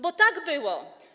Bo tak było.